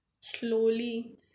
slowly